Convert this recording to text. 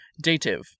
Dative